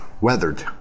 weathered